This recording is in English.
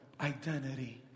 Identity